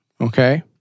Okay